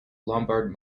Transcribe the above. lombard